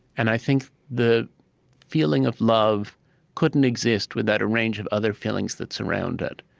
and i think the feeling of love couldn't exist without a range of other feelings that surround it,